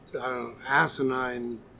asinine